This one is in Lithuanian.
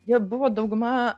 jie buvo dauguma